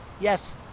Yes